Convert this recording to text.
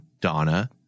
Donna